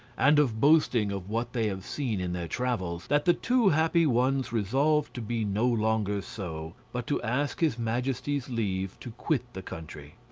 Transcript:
and of boasting of what they have seen in their travels, that the two happy ones resolved to be no longer so, but to ask his majesty's leave to quit the country.